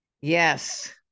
Yes